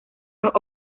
los